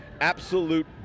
absolute